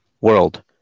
world